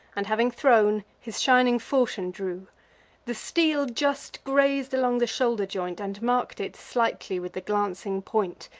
and, having thrown, his shining fauchion drew the steel just graz'd along the shoulder joint, and mark'd it slightly with the glancing point,